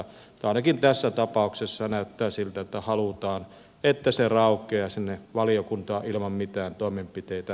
mutta ainakin tässä tapauksessa näyttää siltä että halutaan että se raukeaa sinne valiokuntaan ilman mitään toimenpiteitä